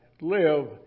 live